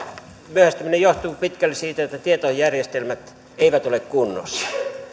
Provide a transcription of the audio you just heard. myöhästyminen johtuu pitkälti siitä että tietojärjestelmät eivät ole kunnossa